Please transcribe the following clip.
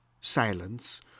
silence